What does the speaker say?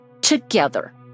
together